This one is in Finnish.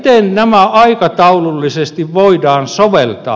miten nämä aikataulullisesti voidaan soveltaa